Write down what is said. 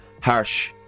harsh